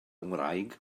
ngwraig